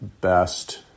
best